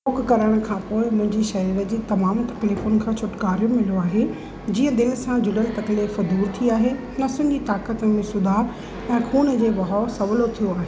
योगु करण खां पोइ मुंहिंजे शरीर जी तमामु तकलीफ़ुनि खां छुटिकारो मिलियो आहे जीअं दिलि सां जुड़ियल तकलीफ़ु दूरु थी आहे नसुनि जी ताक़त में सुधारु ऐं ख़ून जी बहाव सवलो थियो आहे